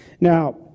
Now